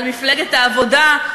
על מפלגת העבודה.